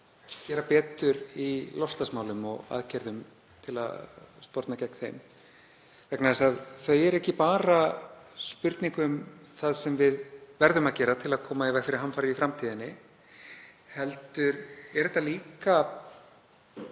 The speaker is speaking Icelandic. gera betur í loftslagsmálum og aðgerðum til að sporna gegn þeim. Þau eru ekki bara spurning um það sem við verðum að gera til að koma í veg fyrir hamfarir í framtíðinni heldur eru þetta líka